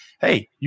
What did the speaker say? hey